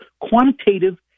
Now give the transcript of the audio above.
quantitative